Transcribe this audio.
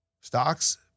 Stocks